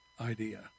idea